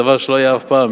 דבר שלא היה אף פעם,